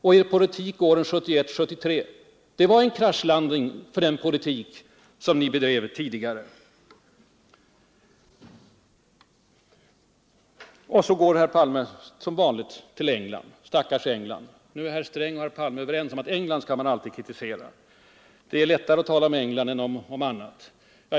Och så går herr Palme som vanligt till England. Stackars England! Nu är herr Sträng och herr Palme överens om att England kan man alltid kritisera — det är ju lättare att tala om England än om annat.